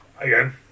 again